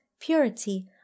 purity